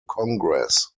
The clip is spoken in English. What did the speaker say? congress